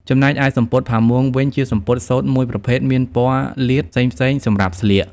ចំណែកឯសំពត់ផាមួងវិញ ជាសំពត់សូត្រមួយប្រភេទមានព័ណ៌លាតផ្សេងៗសម្រាប់ស្លៀក។